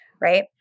right